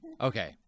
Okay